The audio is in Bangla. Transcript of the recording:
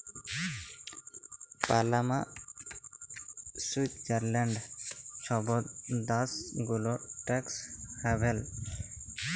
পালামা, সুইৎজারল্যাল্ড ছব দ্যাশ গুলা ট্যাক্স হ্যাভেল